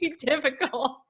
difficult